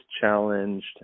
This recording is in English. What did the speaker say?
challenged